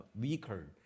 weaker